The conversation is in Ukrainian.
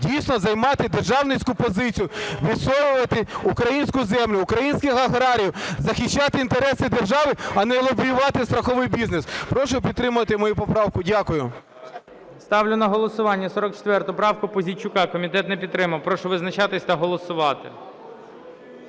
дійсно займати державницьку позицію: відстоювати українську землю, українських аграріїв, захищати інтереси держави, а не лобіювати страховий бізнес. Прошу підтримати мою поправку. Дякую. ГОЛОВУЮЧИЙ. Ставлю на голосування 44 правку Пузійчука. Комітет не підтримав. Прошу визначатися та голосувати.